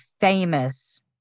famous